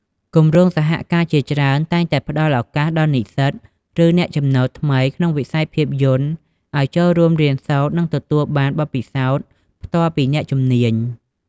គម្រោងសហការជាច្រើនតែងតែផ្តល់ឱកាសដល់និស្សិត ឬអ្នកចំណូលថ្មី ក្នុងវិស័យភាពយន្តឱ្យចូលរួមរៀនសូត្រ និងទទួលបាន បទពិសោធន៍ផ្ទាល់ពីអ្នកជំនាញ។